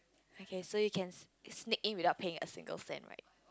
okay so you can sneak in without paying a single cent right